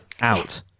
out